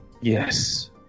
Yes